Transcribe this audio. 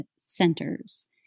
centers